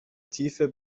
tiefe